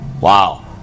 wow